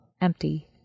empty